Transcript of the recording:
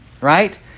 right